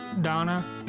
Donna